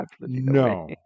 no